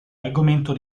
argomento